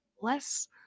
less